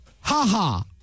ha-ha